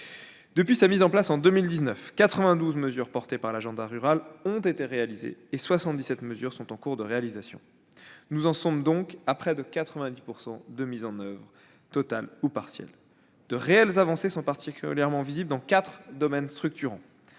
Depuis sa mise en place en 2019, quelque 92 mesures portées par l'agenda rural ont été réalisées et 77 autres sont en cours de réalisation. Nous en sommes donc à près de 90 % de mise en oeuvre totale ou partielle. De réelles avancées sont particulièrement visibles dans quatre domaines structurants